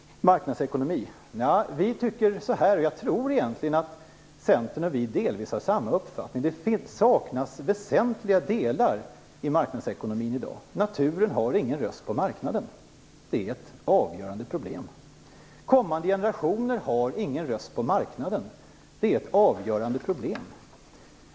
Så till frågan om marknadsekonomin. Jag tror att Centern och vi delvis har samma uppfattning. I dag saknas väsentliga delar i marknadsekonomin. Naturen har ingen röst på marknaden. Det är ett avgörande problem. Kommande generationer har ingen röst på marknaden. Det är ett avgörande problem.